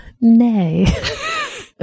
Nay